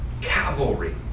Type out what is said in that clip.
cavalry